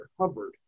covered